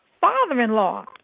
father-in-law